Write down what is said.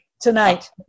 tonight